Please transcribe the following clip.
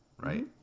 right